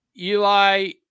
Eli